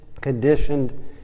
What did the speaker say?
conditioned